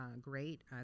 great